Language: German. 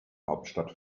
hauptstadt